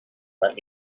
let